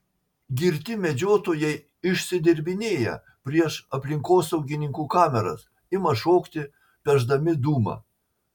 girti medžiotojai išsidirbinėja prieš aplinkosaugininkų kameras ima šokti pešdami dūmą